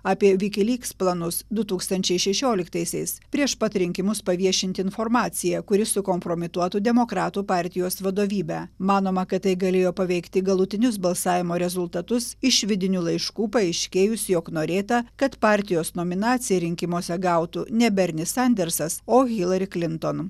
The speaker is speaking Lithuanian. apie vikilyks planus du tūkstančiai šešioliktaisiais prieš pat rinkimus paviešinti informaciją kuri sukompromituotų demokratų partijos vadovybę manoma kad tai galėjo paveikti galutinius balsavimo rezultatus iš vidinių laiškų paaiškėjus jog norėta kad partijos nominaciją rinkimuose gautų ne berni sandersas o hilari klinton